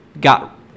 Got